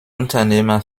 unternehmer